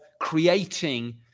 creating